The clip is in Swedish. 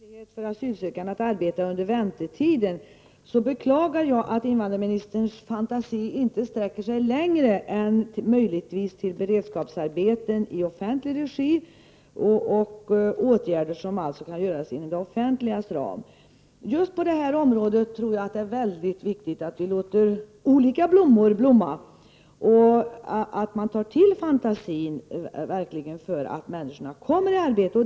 Herr talman! Vad gäller möjlighet för asylsökande att arbeta under väntetiden, beklagar jag att invandrarministerns fantasi inte sträcker sig längre än möjligtvis till beredskapsarbeten i offentlig regi, dvs. åtgärder som kan göras inom det offentligas ram. Just på detta område är det mycket viktigt att låta olika blommor blomma och ta till fantasin för att människor skall komma ut i arbete.